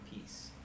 peace